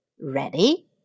Ready